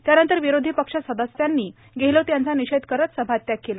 त्यानंतर विरोधी पक्ष सदस्यांनी गेहलोत यांचा निषेध करत सभात्याग केला